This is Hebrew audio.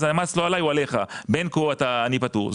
אז המס לא עלי אלא הוא עליך כי בין כה אני פטור.